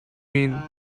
been